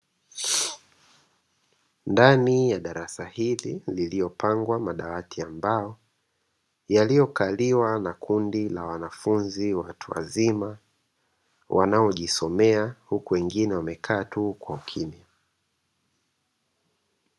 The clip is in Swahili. Ndani ya darasa hili lililopangwa madawati ya mbao yaliyokaliwa na wanafunzi watu wazima wanaojisomea, huku wengine wamekaa tu kwa ukimya.